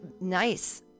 nice